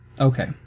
Okay